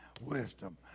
wisdom